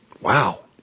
Wow